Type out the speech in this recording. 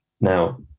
now